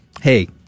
hey